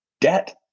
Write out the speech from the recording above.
Debt